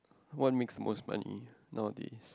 what makes the most money nowadays